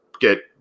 get